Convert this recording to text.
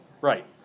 Right